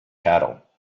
cattle